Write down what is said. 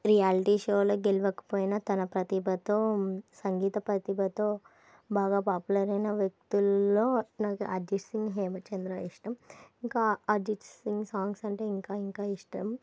reality షోలో గెలవకపోయినా తన ప్రతిభతో సంగీత ప్రతిభతో బాగా పాపులర్ అయిన వ్యక్తులలో నాకు అజజిత్ సింగ్ హేమ చంద్ర ఇష్టం ఇంకా అజజిత్ సింగ్ సాంగ్స్ అంటే ఇంకా ఇంకా ఇష్టం